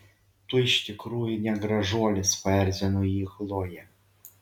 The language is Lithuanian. tu iš tikrųjų ne gražuolis paerzino jį chlojė